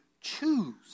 choose